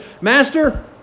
master